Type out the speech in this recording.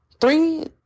three